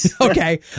Okay